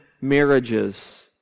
marriages